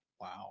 Wow